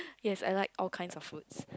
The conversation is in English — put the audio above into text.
yes I like all kinds of fruits